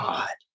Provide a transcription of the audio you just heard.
God